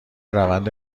روند